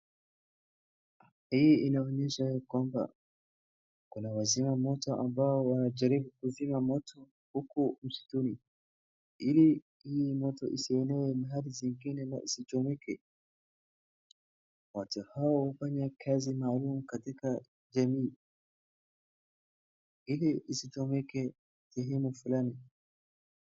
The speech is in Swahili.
Hii inaonyesha kwamba kuna wazima moto ambao wanajaribu kuzima moto huku msituni, ili hii moto isienee mahali zingine na isichomeke. Watu hao hufanya kazi muhimu katika jamii, ili isichomeke sehemu fulani.